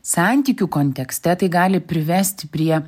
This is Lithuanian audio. santykių kontekste tai gali privesti prie